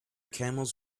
camels